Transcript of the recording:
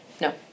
No